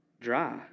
Dry